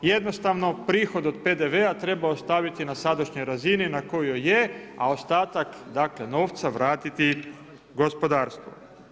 Jednostavno prihod od PDV-a treba ostaviti na sadašnjoj razini na kojoj je, a ostatak novca vratiti gospodarstvu.